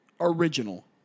Original